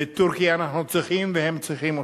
ואת טורקיה אנחנו צריכים והם צריכים אותנו.